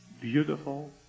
beautiful